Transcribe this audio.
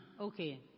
okay